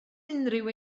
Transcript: unrhyw